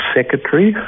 Secretary